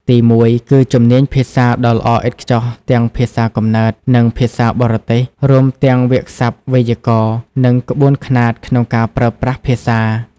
ទីមួយ គឺជំនាញភាសាដ៏ល្អឥតខ្ចោះទាំងភាសាកំណើត និងភាសាបរទេស រួមទាំងវាក្យសព្ទ វេយ្យាករណ៍ និងក្បួនខ្នាតក្នុងការប្រើប្រាស់ភាសា។